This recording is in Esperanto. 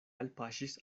alpaŝis